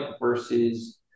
versus